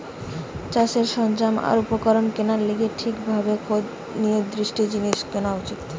চাষের সরঞ্জাম আর উপকরণ কেনার লিগে ঠিক ভাবে খোঁজ নিয়ে দৃঢ় জিনিস কেনা উচিত